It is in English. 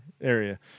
area